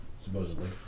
Supposedly